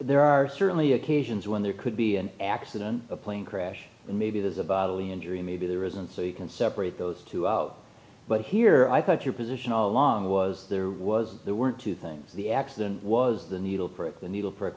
there are certainly occasions when there could be an accident a plane crash and maybe the only injury maybe there isn't so you can separate those two but here i thought your position all along was there was there were two things the accident was the needle prick the needle p